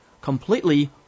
completely